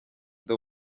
ndi